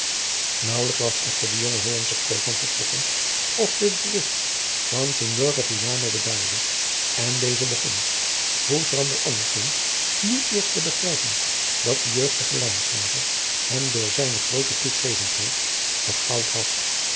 naauwelijks was echter de jonge hollandsche koopman vertrokken of de drift van signore villano bedaarde en deze begon hoe schrander anderzius nu eerst te begrijpen dat de jeugdige lijnslager hem door zijne groote toegevendheid vergaauwd had